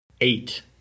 eight